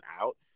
out